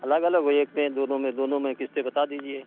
अलग अलग है एक में दोनों में दोनों में किश्तें बता दीजिए